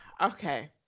Okay